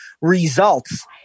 results